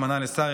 שהתמנה לשר,